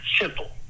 simple